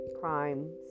crime